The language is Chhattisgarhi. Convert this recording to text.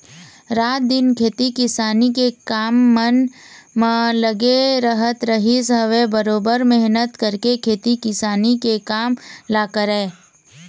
रात दिन खेती किसानी के काम मन म लगे रहत रहिस हवय बरोबर मेहनत करके खेती किसानी के काम ल करय